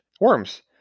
worms